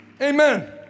Amen